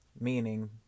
Meaning